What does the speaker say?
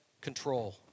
control